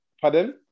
Pardon